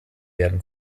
werden